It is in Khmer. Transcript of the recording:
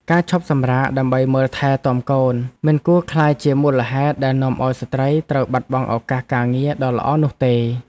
ការឈប់សម្រាកដើម្បីមើលថែទាំកូនមិនគួរក្លាយជាមូលហេតុដែលនាំឱ្យស្ត្រីត្រូវបាត់បង់ឱកាសការងារដ៏ល្អនោះទេ។